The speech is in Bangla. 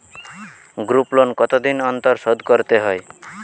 গ্রুপলোন কতদিন অন্তর শোধকরতে হয়?